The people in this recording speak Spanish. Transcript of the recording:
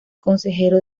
consejero